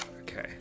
Okay